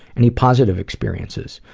any positive experiences,